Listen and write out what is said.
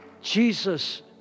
Jesus